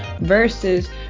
versus